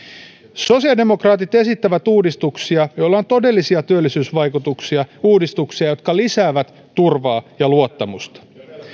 sosiaalidemokraatit esittävät uudistuksia joilla on todellisia työllisyysvaikutuksia uudistuksia jotka lisäävät turvaa ja luottamusta